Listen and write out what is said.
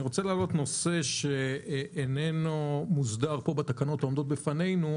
אני רוצה להעלות נושא שאיננו מוסדר פה בתקנות העומדות בפנינו,